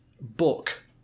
book